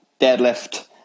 deadlift